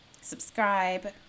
subscribe